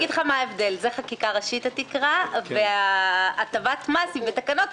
ההבדל הוא שהתקרה היא בחקיקה ראשית והטבת מס היא בתקנות.